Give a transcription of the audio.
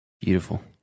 Beautiful